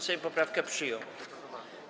Sejm poprawkę przyjął.